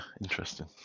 Interesting